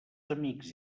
amics